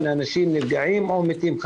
לנפגעים או מתים.